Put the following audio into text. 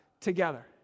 together